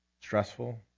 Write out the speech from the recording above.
stressful